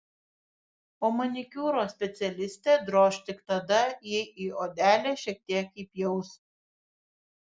o manikiūro specialistę droš tik tada jei į odelę šiek tiek įpjaus